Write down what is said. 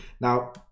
Now